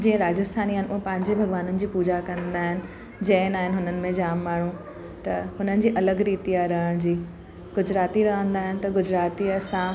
जीअं राजस्थानी आहिनि उहो पंहिंजे भॻवाननि जी पूजा कंदा आहिनि जैन आहिनि हुननि में जाम माण्हू त हुननि जे अलॻि रीती आहे रहण जी गुजराती रहंदा आहिनि त गुजरातीअ सां